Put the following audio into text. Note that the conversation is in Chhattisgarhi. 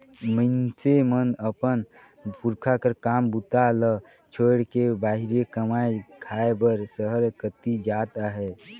मइनसे मन अपन पुरखा कर काम बूता ल छोएड़ के बाहिरे कमाए खाए बर सहर कती जात अहे